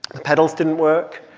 the pedals didn't work.